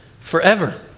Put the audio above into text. forever